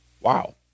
Wow